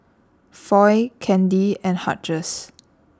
Foy Candi and Hughes